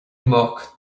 muc